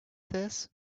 this